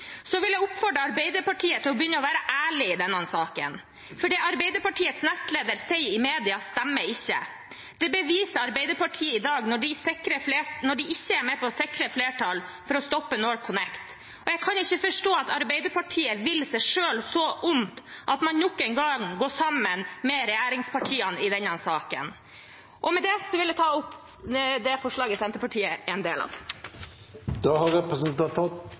Så vil jeg oppfordre Arbeiderpartiet til å begynne å være ærlig i denne saken, for det Arbeiderpartiets nestleder sier i media, stemmer ikke. Det beviser Arbeiderpartiet i dag når de ikke er med på å sikre flertall for å stoppe NorthConnect. Jeg kan ikke forstå at Arbeiderpartiet vil seg selv så vondt at man nok en gang går sammen med regjeringspartiene i denne saken. Med det vil jeg ta opp det forslaget Senterpartiet er en del av. Representanten Sandra Borch har